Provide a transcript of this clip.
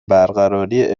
برقراری